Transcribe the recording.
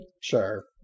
sure